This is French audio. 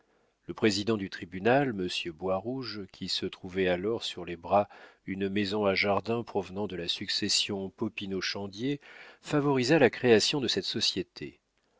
le président du tribunal monsieur boirouge qui se trouvait alors sur les bras une maison à jardin provenant de la succession popinot chandier favorisa la création de cette société